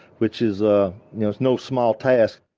which is ah no no small task.